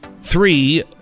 three